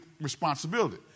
responsibility